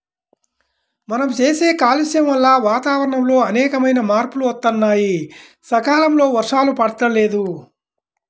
మనం చేసే కాలుష్యం వల్ల వాతావరణంలో అనేకమైన మార్పులు వత్తన్నాయి, సకాలంలో వర్షాలు పడతల్లేదు